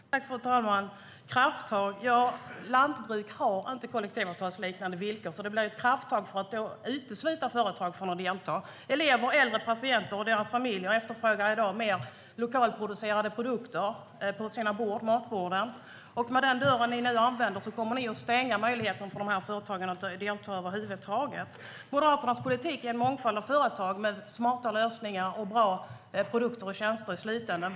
Fru talman! Ja, det var frågan om krafttag. Lantbruk har inte kollektivavtalsliknande villkor, så det blir krafttag för att utesluta företag från att delta. Elever, äldre patienter och deras familjer efterfrågar i dag fler lokalproducerade produkter på matborden. Med den dörr ni nu använder kommer ni att stänga möjligheten för företagen att över huvud taget delta. Moderaternas politik är att det ska finnas en mångfald av företag med smarta lösningar och i slutändan bra produkter och tjänster.